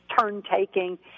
turn-taking